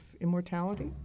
immortality